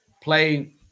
play